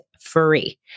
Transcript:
free